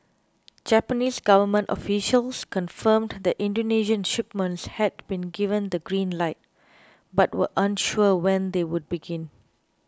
Japanese government officials confirmed that Indonesian shipments had been given the green light but were unsure when they would begin